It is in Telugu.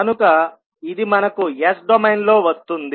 కనుక ఇది మనకు S డొమైన్ లో వస్తుంది